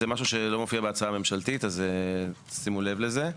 זה משהו שלא מופיע בהצעה הממשלתית אז תשימו לב לזה.